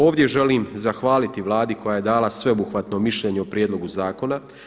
Ovdje želim zahvaliti Vladi koja je dala sveobuhvatno mišljenje o prijedlogu zakona.